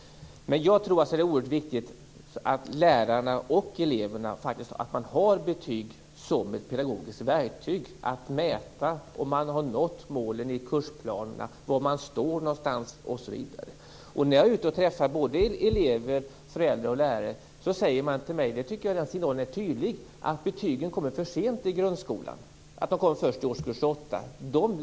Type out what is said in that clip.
Jag tror att det är oerhört viktigt för lärarna och eleverna att man har betyg som ett pedagogiskt verktyg. Man skall kunna mäta om eleverna har nått målen i kursplanerna, var de står någonstans osv. När jag är ute och träffar elever, föräldrar och lärare säger de till mig - och den signalen är tydlig - att betygen kommer för sent i grundskolan när de kommer först i årskurs åtta.